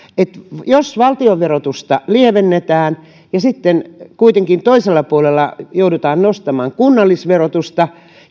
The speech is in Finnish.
jos valtionverotusta lievennetään niin sitten kuitenkin toisella puolella joudutaan nostamaan kunnallisverotusta